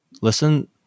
listen